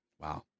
Wow